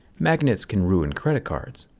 magnet can ruin credit cards.